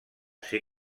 ser